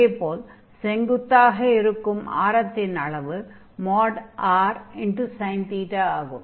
அதே போல் செங்குத்தாக இருக்கும் ஆரத்தின் அளவு |r|sin ஆகும்